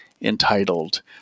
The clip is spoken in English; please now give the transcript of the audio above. entitled